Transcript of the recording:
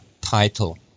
title